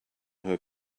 her